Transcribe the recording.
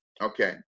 Okay